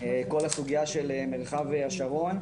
כל הסוגיה של מרחב השרון.